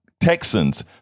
Texans